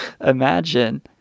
imagine